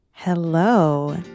Hello